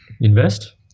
Invest